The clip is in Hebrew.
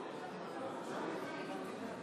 אינה נוכחת מתן כהנא,